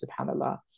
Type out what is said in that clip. SubhanAllah